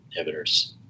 inhibitors